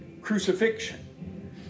crucifixion